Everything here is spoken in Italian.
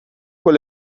con